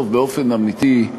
באופן אמיתי,